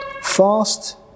Fast